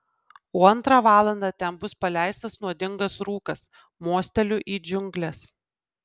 o antrą valandą ten bus paleistas nuodingas rūkas mosteliu į džiungles